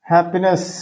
Happiness